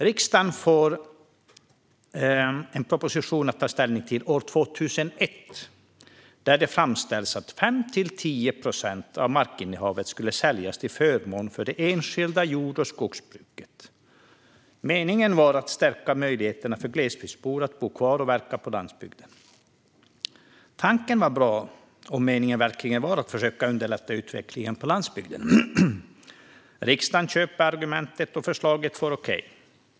Riksdagen fick en proposition att ta ställning till år 2001, där det framställdes att 5-10 procent av markinnehavet skulle säljas till förmån för det enskilda jord och skogsbruket. Meningen var att stärka möjligheterna för glesbygdsbor att bo kvar och verka på landsbygden. Tanken var bra om meningen verkligen var att försöka underlätta utvecklingen på landsbygden. Riksdagen köpte argumentet och förslaget fick okej.